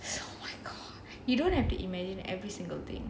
oh my god you don't have to imagine every single thing